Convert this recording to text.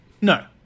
No